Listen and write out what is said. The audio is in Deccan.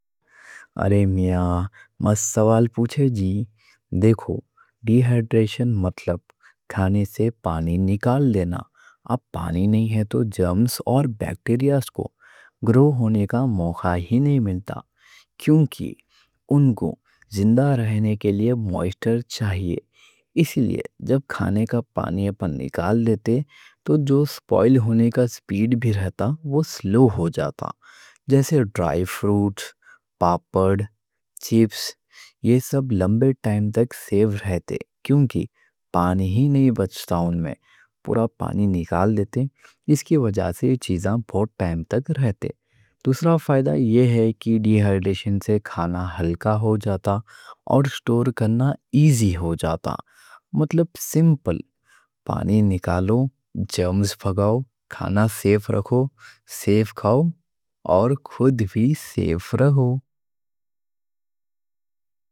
ارے میاں مست سوال پوچھے جی، دیکھو ڈی ہائڈریشن مطلب کھانے سے پانی نکال لینا۔ اب پانی نہیں ہے تو جرمز اور بیکٹیریا کو گرو ہونے کا موقع ہی نہیں ملتا۔ کیونکہ ان کو زندہ رہنے کے لیے موئیسچر چاہیے۔ اس لیے جب کھانے کا پانی اپن نکال لیتے تو سپوائل ہونے کی سپیڈ بھی سلو ہو جاتی۔ جیسے ڈرائی فروٹ، پاپڑ، چپس، یہ سب لمبے ٹائم تک سیف رہتے۔ کیونکہ پانی ہی نہیں بچتا۔ ان میں پورا پانی نکال لیتے، اس وجہ سے یہ چیزیں بہت ٹائم تک رہتی۔ دوسرا فائدہ یہ ہے کہ ڈی ہائڈریشن سے کھانا ہلکا ہو جاتا اور سٹور کرنا ایزی ہو جاتا۔ مطلب سمپل پانی نکالو جرمز بھگاؤ کھانا سیف رکھو سیف کھاؤ اور خود بھی سیف رکھو خود بھی سیف رکھو